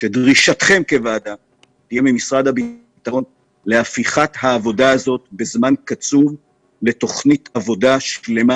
לדרוש ממשרד הביטחון להפוך את ההמלצות לתוכנית עבודה שלמה